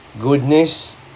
goodness